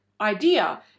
idea